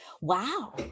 Wow